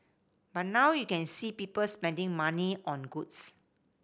but now you can see people spending money on goods